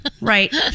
Right